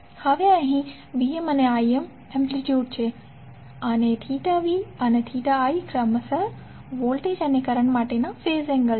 હવે અહીં Vm અને Im એમ્પ્લીટયુડ છે અને v અને i ક્રમશ વોલ્ટેજ અને કરંટ માટેનો ફેઝ એન્ગલ છે